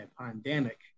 pandemic